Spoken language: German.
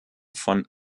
von